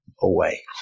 away